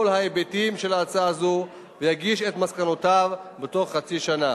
ההיבטים של הצעה זו ויגיש את מסקנותיו בתוך חצי שנה.